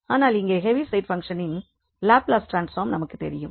ஆனால் இங்கே ஹெவிசைட் பங்க்ஷனின் லாப்லஸ் ட்ரான்ஸ்பார்ம் நமக்குத் தெரியும்